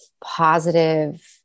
positive